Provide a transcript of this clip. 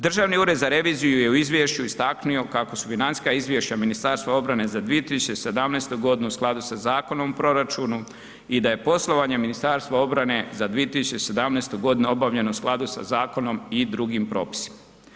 Državni ured za reviziju je u izvješću istaknio kako su financijska izvješća Ministarstva obrane za 2017.g. u skladu sa Zakonom o proračunu i da je poslovanje Ministarstva obrane za 2017.g. obavljeno u skladu sa zakonom i drugim propisima.